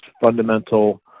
fundamental